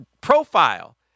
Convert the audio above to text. profile